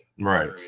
right